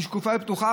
היא שקופה ופתוחה,